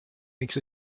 makes